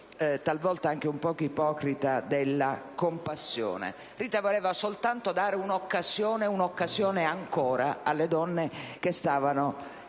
talvolta anche un poco ipocrita della compassione. Rita voleva soltanto dare un'occasione, un'occasione ancora alle donne che stavano